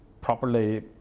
properly